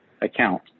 account